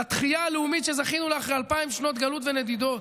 לתחייה הלאומית שזכינו לה אחרי 2,000 שנות גלות ונדידות,